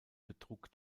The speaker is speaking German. betrug